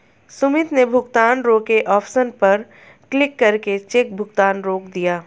सुमित ने भुगतान रोके ऑप्शन पर क्लिक करके चेक भुगतान रोक दिया